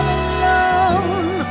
alone